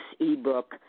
ebook